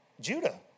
Judah